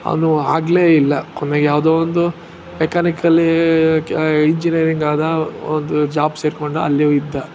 ಅವನು ಆಗ್ಲೇ ಇಲ್ಲ ಕೊನೆಗೆ ಯಾವುದೋ ಒಂದು ಮೆಕ್ಯಾನಿಕಲ್ ಕ್ಯಾ ಇಂಜಿನಿಯರಿಂಗಾದ ಒಂದು ಜ್ವಾಬ್ ಸೇರಿಕೊಂಡ ಅಲ್ಲಿದ್ದ